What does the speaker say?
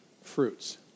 fruits